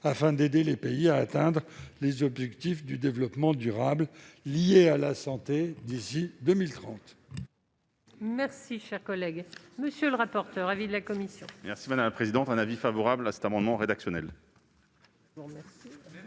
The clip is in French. afin d'aider les pays à atteindre les objectifs de développement durable liés à la santé d'ici à 2030.